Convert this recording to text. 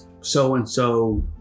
So-and-so